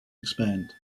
expand